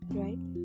right